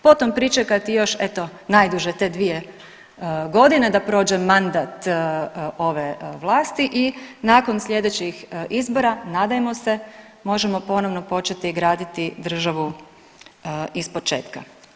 Po tom pričekati još eto najduže te 2 godine da prođe mandat ove vlasti i nakon slijedećih izbora nadajmo se možemo ponovno početi graditi državu ispočetka.